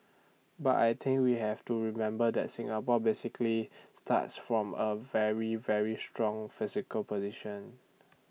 but I think we have to remember that Singapore basically starts from A very very strong physical position